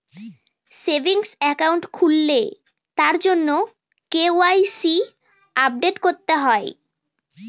savings account খুললে তার জন্য কে.ওয়াই.সি আপডেট করতে হয়